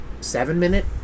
seven-minute